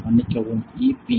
மன்னிக்கவும் EP